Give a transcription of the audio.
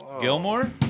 Gilmore